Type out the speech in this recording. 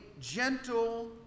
gentle